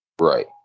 Right